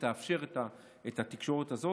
שתאפשר את התקשורת הזאת.